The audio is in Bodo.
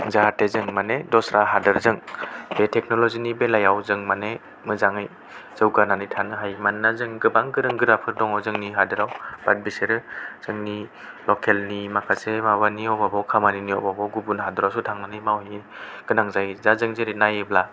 जाहाथे जों माने दसरा हादोरजों बे टेकनलजिनि बेलायाव जों माने मोजाङै जौगानानै थानो हायो मानोना जों गोबां गोरों गोराफोर दङ जोंनि हादोराव बाट बिसोरो जोंनि लकेल नि माखासे माबानि अभाबाव खामानिनि अभाबाव गुबुन हादोरावसो थांनानै मावहैनो गोनां जायो दा जों जेरै नायोबा